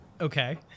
Okay